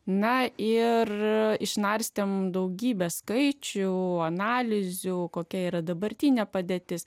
na ir išnarstėme daugybę skaičių analizių kokia yra dabartinė padėtis